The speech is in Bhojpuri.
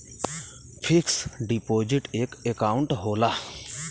फिक्स डिपोज़िट एक अकांउट होला